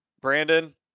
brandon